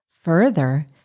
Further